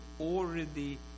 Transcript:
already